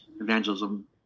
evangelism